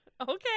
Okay